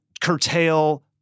curtail